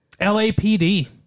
LAPD